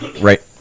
Right